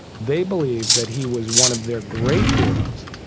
they believed that he was one of their great heroes,